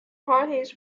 parties